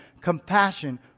compassion